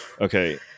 okay